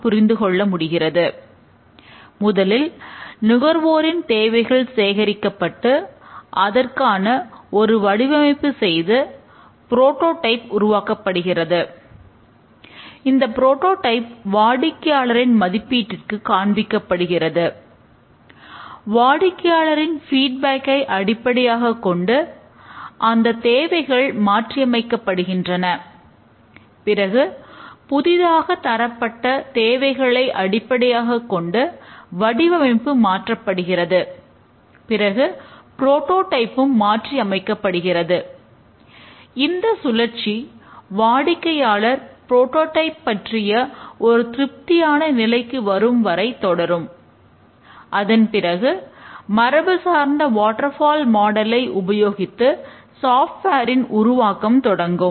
prototype மாடலின் உபயோகித்து சாப்ட்வேரின் உருவாக்கம் தொடங்கும்